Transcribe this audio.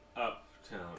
uptown